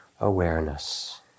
awareness